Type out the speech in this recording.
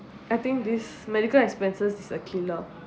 I think this medical expenses is a killer